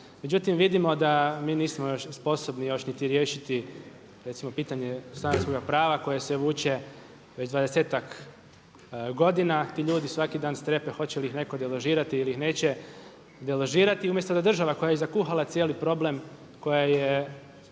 Međutim, vidimo da mi nismo još sposobni još niti riješiti recimo pitanje stanarskoga prava koje se vuče već dvadesetak godina. Ti ljudi svaki dan strepe hoće li ih netko deložirati ili ih neće deložirati. I umjesto da država koja je i zakuhala cijeli problem, koja je